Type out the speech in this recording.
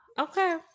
Okay